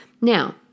Now